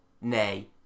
Nay